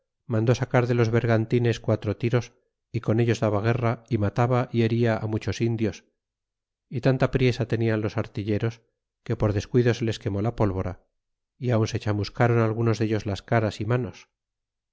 ídolos mandó sacar de los bergantines quatro tiros y con ellos daba guerra y mataba y heria á muchos indios y tanta priesa tenian los artilleros que por descuido se les quemó la pólvora y aun se chamuscaron algunos cienos las caras y manos